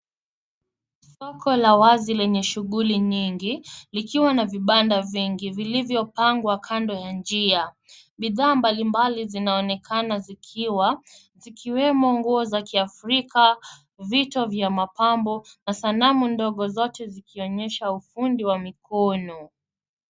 Soko la wazi lenye shughuli nyingi likiwa na vibanda vingi vilivyo pangwa kando ya njia. Bidhaa mbali mbali zinaonekana zikiwa zikiwemo nguo za kiafrika vitu vya mapambo na sanamu ndogo zote zikionyesha ufundi wa mikono.